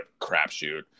crapshoot